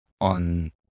on